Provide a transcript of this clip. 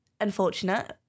unfortunate